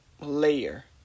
layer